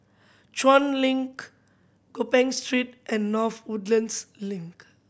Chuan Link Gopeng Street and North Woodlands Link